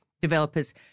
developers